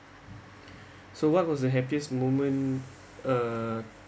so what was the happiest moment err